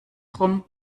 rum